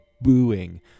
booing